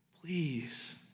Please